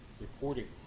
reporting